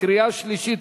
קריאה שלישית,